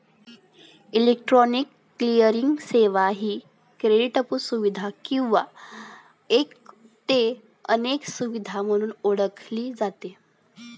electronic clearing सेवा ही क्रेडिटपू सुविधा किंवा एक ते अनेक सुविधा म्हणून ओळखली जाते